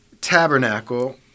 tabernacle